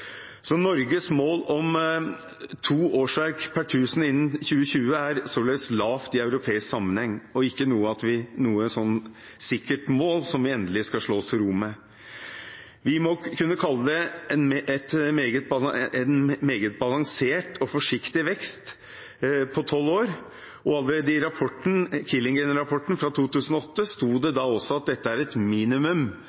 Norges mål om to årsverk per 1000 innen 2020 er således lavt i europeisk sammenheng og ikke noe sikkert mål som vi endelig skal slå oss til ro med. Vi må kunne kalle det en meget balansert og forsiktig vekst på tolv år, og i Killengreen-rapporten fra 2008 sto det